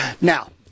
Now